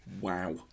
Wow